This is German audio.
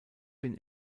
bin